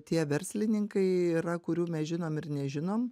tie verslininkai yra kurių mes žinom ir nežinom